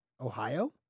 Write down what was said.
Ohio